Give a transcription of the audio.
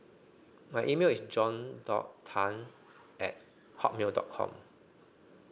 my email is john dot tan at hotmail dot com